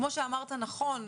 כמו שאמרת נכון,